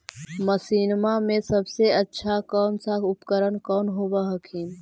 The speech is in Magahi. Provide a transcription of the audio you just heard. मसिनमा मे सबसे अच्छा कौन सा उपकरण कौन होब हखिन?